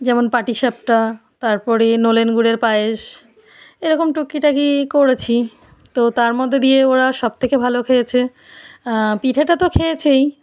যেমন পাটিসাপটা তারপরে নলেন গুড়ের পায়েস এরকম টুকিটাকি করেছি তো তারমধ্যে দিয়ে ওরা সব থেকে ভালো খেয়েছে পিঠেটা তো খেয়েছেই